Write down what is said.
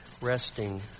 resting